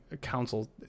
counsel